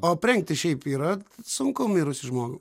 o aprengti šiaip yra sunku mirusį žmogų